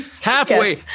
Halfway